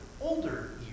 older